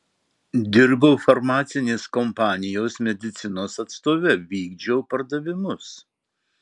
dirbau farmacinės kompanijos medicinos atstove vykdžiau pardavimus